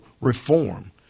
reform